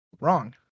wrong